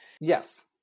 Yes